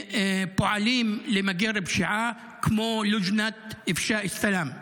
פועלים למגר פשיעה, כמו לג'נאת אפשאא אלסלאם.